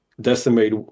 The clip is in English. decimate